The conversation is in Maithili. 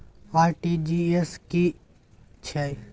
आर.टी.जी एस की है छै?